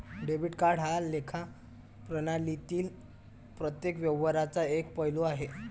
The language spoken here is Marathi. डेबिट हा लेखा प्रणालीतील प्रत्येक व्यवहाराचा एक पैलू आहे